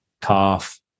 calf